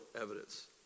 evidence